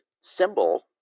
symbol